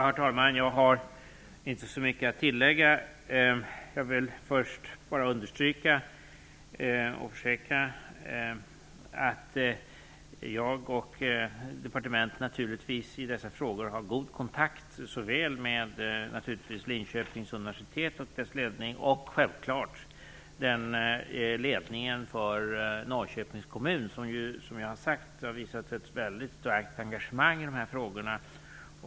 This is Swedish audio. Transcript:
Herr talman! Jag har inte så mycket att tillägga. Jag vill först bara understryka och försäkra att jag och departementet i dessa frågor naturligtvis har god kontakt med såväl Linköpings universitet och dess ledning som ledningen för Norrköpings kommun, som har visat ett mycket starkt engagemang i dessa frågor.